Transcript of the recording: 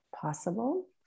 possible